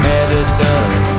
Medicine